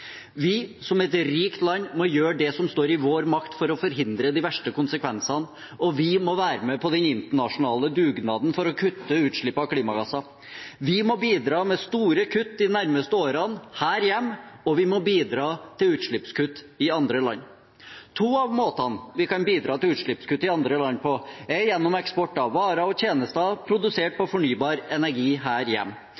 Vi, som et rikt land, må gjøre det som står i vår makt for å forhindre de verste konsekvensene, og vi må være med på den internasjonale dugnaden for å kutte utslippet av klimagasser. De nærmeste årene må vi bidra med store kutt her hjemme, og vi må bidra til utslippskutt i andre land. To av måtene vi kan bidra til utslippskutt på i andre land, er gjennom eksport av varer og tjenester produsert